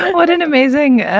what an amazing